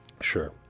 Sure